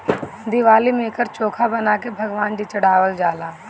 दिवाली में एकर चोखा बना के भगवान जी चढ़ावल जाला